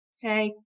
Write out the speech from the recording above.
Hey